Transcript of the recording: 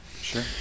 Sure